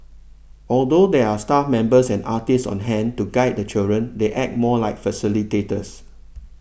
although there are staff members and artists on hand to guide the children they act more like facilitators